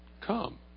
Come